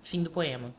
o